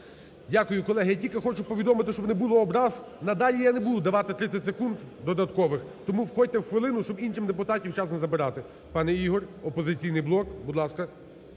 Дякую. Колеги, я тільки хочу повідомити, щоб не було образ, надалі я не буду давати 30 секунд додаткових. Тому входьте в хвилину, щоб в інших депутатів час не забирати. Пане Ігор, "Опозиційний блок", будь ласка.